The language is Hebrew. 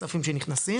הכספים שנכנסים.